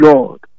Lord